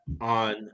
on